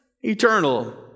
eternal